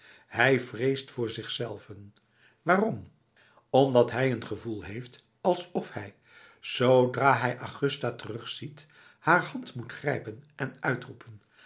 hij vreest voor zichzelven waarom omdat hij een gevoel heeft alsof hij zoodra hij augusta terugziet haar hand moet grijpen en uitroepen